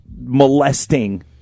molesting